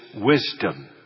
wisdom